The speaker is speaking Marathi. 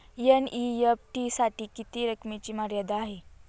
एन.ई.एफ.टी साठी किती रकमेची मर्यादा आहे?